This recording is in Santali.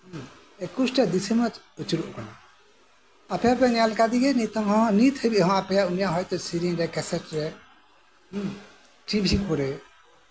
ᱮᱠᱩᱥᱴᱟ ᱫᱤᱥᱚᱢᱮ ᱟᱹᱪᱩᱨᱚᱜ ᱠᱟᱱᱟ ᱟᱯᱮ ᱦᱚᱯᱮ ᱧᱮᱞ ᱠᱟᱫᱮᱭᱟ ᱱᱤᱛ ᱦᱟᱹᱵᱤᱡ ᱦᱚᱸ ᱟᱯᱮ ᱦᱚᱭᱛᱳ ᱩᱱᱤᱭᱟᱜ ᱥᱮᱨᱮᱧᱨᱮ ᱠᱮᱥᱮᱴ ᱨᱮ ᱴᱤᱵᱷᱤ ᱠᱚᱨᱮ